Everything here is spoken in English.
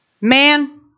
Man